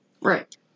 Right